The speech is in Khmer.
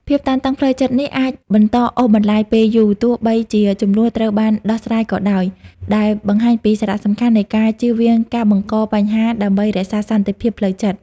ភាពតានតឹងផ្លូវចិត្តនេះអាចបន្តអូសបន្លាយពេលយូរ ទោះបីជាជម្លោះត្រូវបានដោះស្រាយក៏ដោយ ដែលបង្ហាញពីសារៈសំខាន់នៃការជៀសវាងការបង្កបញ្ហាដើម្បីរក្សាសន្តិភាពផ្លូវចិត្ត។